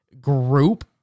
group